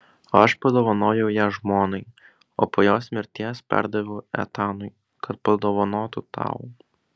aš padovanojau ją žmonai o po jos mirties perdaviau etanui kad padovanotų tau